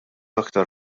aktar